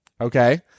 okay